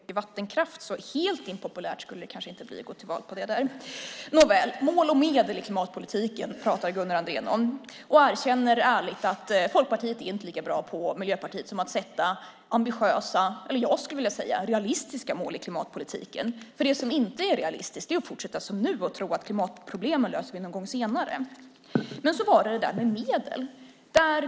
Fru talman! Det finns vattenkraft, så det skulle kanske inte vara helt impopulärt att gå till val på det där. Gunnar Andrén talar om mål och medel i klimatpolitiken. Han erkänner ärligt att Folkpartiet inte är lika bra som Miljöpartiet på att sätta ambitiösa - eller realistiska, som jag skulle vilja säga - mål i klimatpolitiken. Det som inte är realistiskt är att fortsätta som nu och tro att vi löser klimatproblemen någon gång senare. Så var det detta med medel.